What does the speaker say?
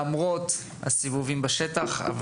למרות הסיבובים בשטח.